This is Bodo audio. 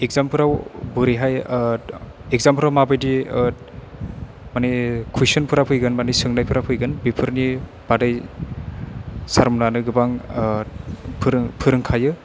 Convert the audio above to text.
एगजामफोराव बोरैहाय एगजामफ्राव माबायदि माने कुइनसनफोरा फैगोन माने सोंनायफोरा फैगोन बेफोरनि बादै सारमोनानो गोबां फोरों फोरोंखायो